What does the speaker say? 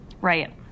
Right